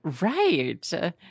Right